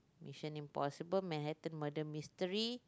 Mission-Impossible Manhattan-Murder-Mystery